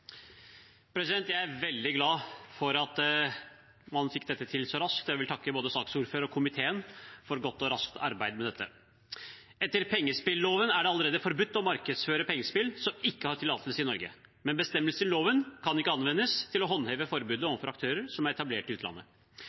Jeg er veldig glad for at man fikk dette til så raskt, og jeg vil takke både saksordføreren og komiteen for et godt og raskt arbeid med dette. Etter pengespilloven er det allerede forbudt å markedsføre pengespill som ikke har tillatelse i Norge, men bestemmelsene i loven kan ikke anvendes til å håndheve forbudet overfor aktører som er etablert i utlandet.